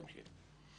תמשיך.